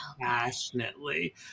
passionately